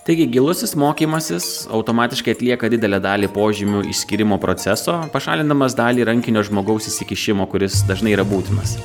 taigi gilusis mokymasis automatiškai atlieka didelę dalį požymių išskyrimo proceso pašalindamas dalį rankinio žmogaus įsikišimo kuris dažnai yra būtinas